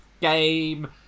game